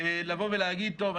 לבוא ולהגיד: טוב,